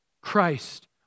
Christ